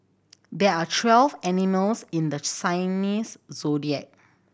there are twelve animals in the zodiac